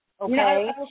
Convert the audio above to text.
okay